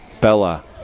Bella